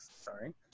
Sorry